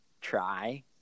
try